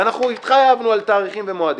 ואנחנו התחייבנו על תאריכים ומועדים.